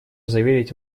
заверить